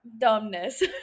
dumbness